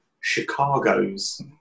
chicago's